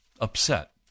upset